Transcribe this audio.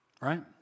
Right